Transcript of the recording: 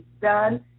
done